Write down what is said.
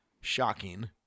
Shocking